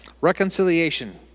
Reconciliation